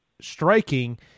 striking